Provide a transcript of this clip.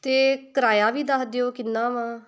ਅਤੇ ਕਿਰਾਇਆ ਵੀ ਦੱਸ ਦਿਓ ਕਿੰਨਾ ਵਾਂ